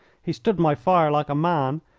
he stood my fire like a man,